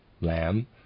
lamb